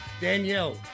Danielle